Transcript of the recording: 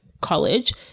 college